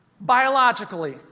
Biologically